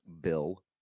Bill